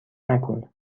نکن